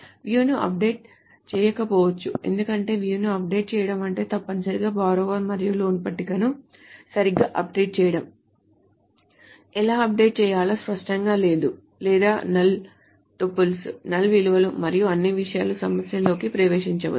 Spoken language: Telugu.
view ను అప్డేట్ చేయకపోవచ్చు ఎందుకంటే view ను అప్డేట్ చేయడం అంటే తప్పనిసరిగా borrower మరియు loan పట్టికలను సరిగ్గా అప్డేట్ చేయడం ఎలా అప్డేట్ చేయాలో స్పష్టంగా లేదు లేదా అది null టపుల్స్ null విలువలు మరియు అన్ని విషయాల సమస్యల్లోకి ప్రవేశించవచ్చు